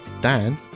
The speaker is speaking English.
dan